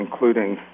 including